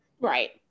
right